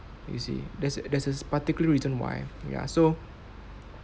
you see there's a there's a particular reason why ya so